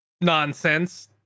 nonsense